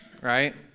Right